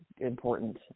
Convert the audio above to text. important